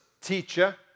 teacher